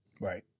Right